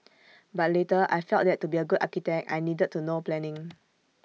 but later I felt that to be A good architect I needed to know planning